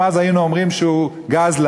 גם אז היינו אומרים שהוא "גזלן".